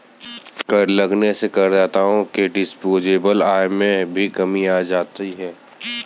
कर लगने से करदाताओं की डिस्पोजेबल आय में भी कमी आ जाती है